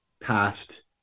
past